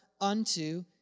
unto